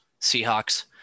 Seahawks